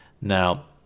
Now